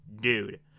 dude